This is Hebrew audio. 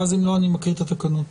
אם לא, אני מקריא את התקנות.